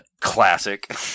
Classic